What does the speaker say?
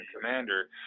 commander